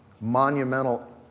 monumental